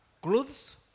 clothes